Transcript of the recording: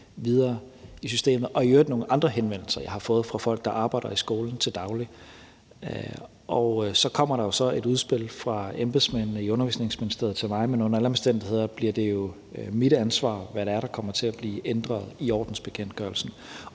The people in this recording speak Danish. videre i systemet – i øvrigt også nogle andre henvendelser, jeg har fået fra folk, der arbejder i skolen til daglig. Så kommer der et udspil fra embedsmændene i Undervisningsministeriet til mig, men under alle omstændigheder bliver det jo mit ansvar, hvad det er, der kommer til at blive ændret i ordensbekendtgørelsen.